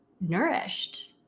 nourished